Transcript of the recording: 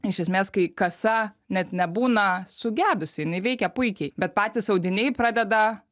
iš esmės kai kasa net nebūna sugedusi jinai veikia puikiai bet patys audiniai pradeda